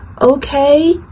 Okay